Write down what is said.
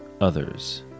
others